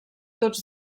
tots